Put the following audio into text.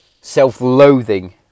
self-loathing